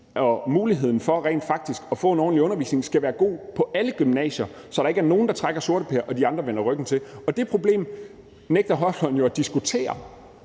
og muligheden for rent faktisk at få en ordentlig undervisning skal være god på alle gymnasier, så der ikke er nogen, der trækker sorteper, og de andre vender ryggen til. Og det problem nægter ordføreren jo at diskutere,